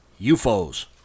UFOs